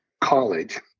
college